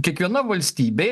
kiekviena valstybė